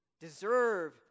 deserve